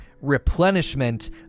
replenishment